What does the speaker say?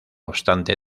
obstante